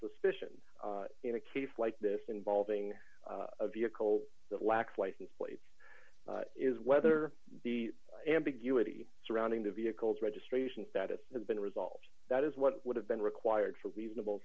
suspicion in a case like this involving a vehicle that lacks license is whether the ambiguity surrounding the vehicles registration status has been resolved that is what would have been required for reasonable